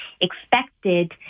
expected